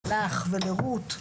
לך ולרות,